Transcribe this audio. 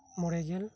ᱢᱚᱲᱮᱜᱮᱞ